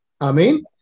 Amen